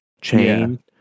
chain